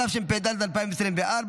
התשפ"ד 2024,